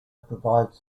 provides